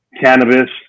cannabis